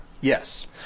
Yes